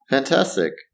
Fantastic